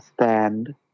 stand